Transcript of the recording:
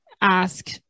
ask